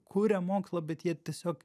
kuria mokslą bet jie tiesiog